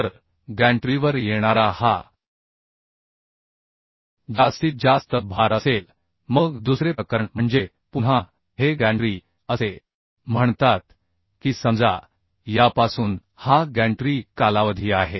तर गॅन्ट्रीवर येणारा हा जास्तीत जास्त भार असेल मग दुसरे प्रकरण म्हणजे पुन्हा हे गॅन्ट्री असे म्हणतात की समजा यापासून हा गॅन्ट्री कालावधी आहे